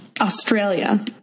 Australia